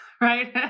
right